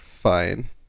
fine